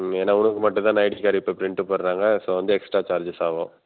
ஏனால் உனக்கு மட்டும்தான ஐடி கார்டு இப்போ பிரிண்ட் போடுகிறாங்க ஸோ வந்து எக்ஸ்ட்ரா சார்ஜஸ் ஆகும்